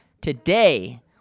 Today